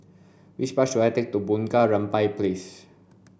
which bus should I take to Bunga Rampai Place